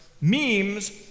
Memes